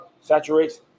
saturates